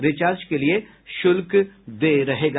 recharge के लिए शुल्क देय रहेगा